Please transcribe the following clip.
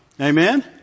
Amen